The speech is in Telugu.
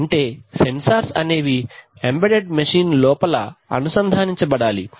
అంటే సెన్సార్స్ అనేవి ఎంబెడెడ్ మెషిన్ లోపల అనుసంధానించబడాలి